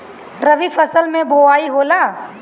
रबी फसल मे बोआई होला?